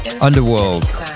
Underworld